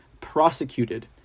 prosecuted